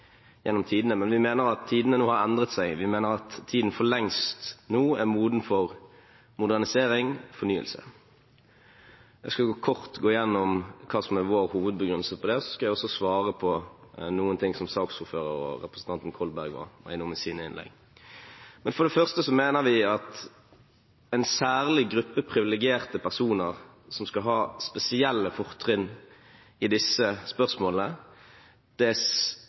gjennom tidene, men vi mener at tidene nå har endret seg. Vi mener at tiden nå for lengst er moden for modernisering og fornyelse. Jeg skal kort gå gjennom hva som er vår hovedbegrunnelse for dette, og så skal jeg også svare på noe av det som saksordføreren og også representanten Kolberg var innom i sine innlegg. For det første mener vi at en særlig gruppe privilegerte personer som skal ha spesielle fortrinn i disse spørsmålene,